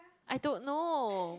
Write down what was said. I don't know